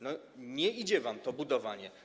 No, nie idzie wam to budowanie.